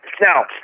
Now